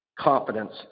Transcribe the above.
confidence